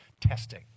testing